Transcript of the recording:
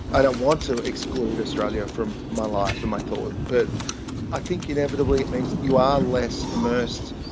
i don't want to exclude australia from my life and my thoughts, but i think inevitably it means you are less immersed,